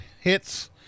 hits